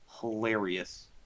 hilarious